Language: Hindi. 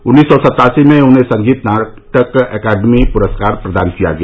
उन्नीस सौ सत्तासी में उन्हें संगीत नाटक अकादमी पुरस्कार प्रदान किया गया